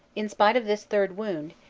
in spite of this third vound,